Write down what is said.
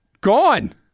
gone